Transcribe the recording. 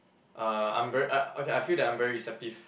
uh I'm very uh okay I feel that I'm very receptive